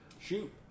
Shoot